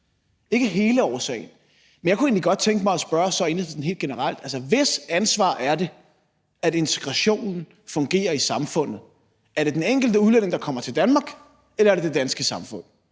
ikke hele årsagen. Men jeg kunne så egentlig godt tænke mig at spørge Enhedslisten: Hvis ansvar er det, at integrationen fungerer i samfundet? Er det den enkelte udlænding, der kommer til Danmark, eller er det det danske samfund?